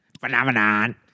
phenomenon